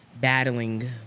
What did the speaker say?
battling